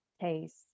taste